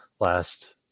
last